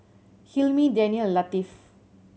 Hilmi Danial and Latif